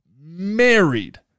married